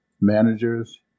managers